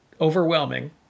overwhelming